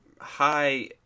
high